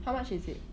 how much is it